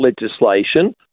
legislation